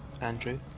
Andrew